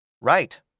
Right